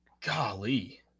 Golly